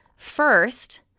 First